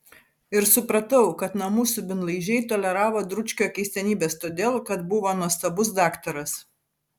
ir supratau kad namų subinlaižiai toleravo dručkio keistenybes todėl kad buvo nuostabus daktaras